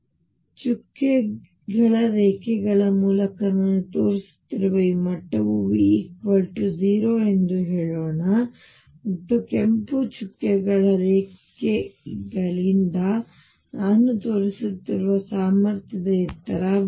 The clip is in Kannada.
ಮತ್ತು ಚುಕ್ಕೆಗಳ ರೇಖೆಗಳ ಮೂಲಕ ನಾನು ತೋರಿಸುತ್ತಿರುವ ಈ ಮಟ್ಟವು V 0 ಎಂದು ಹೇಳೋಣ ಮತ್ತು ಕೆಂಪು ಚುಕ್ಕೆಗಳ ರೇಖೆಯಿಂದ ನಾನು ತೋರಿಸುತ್ತಿರುವ ಸಾಮರ್ಥ್ಯದ ಎತ್ತರ V